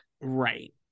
Right